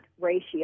ratio